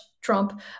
trump